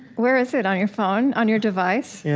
where is it? on your phone? on your device? yeah